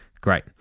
Great